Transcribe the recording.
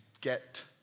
get